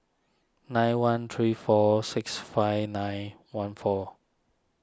nine one three four six five nine one four